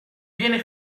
viene